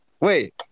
wait